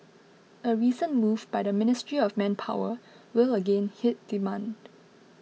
a recent move by the Ministry of Manpower will again hit demand